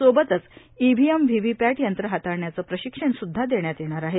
सोबतच EVM VVPAT यंत्र हाताळण्याचं प्राशक्षण सुध्दा देण्यात येणार आहे